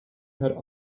had